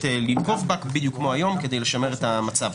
לנקוב בה בדיוק כמו היום כדי לשמר את המצב.